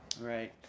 Right